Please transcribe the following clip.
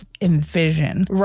envision